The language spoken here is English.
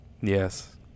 Yes